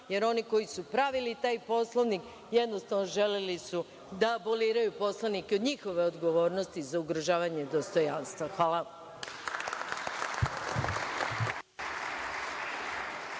jer oni koji su pravili taj Poslovnik su jednostavno želeli da aboliraju poslanike od njihove odgovornosti za ugrožavanje dostojanstva. Hvala.(Balša